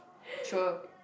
sure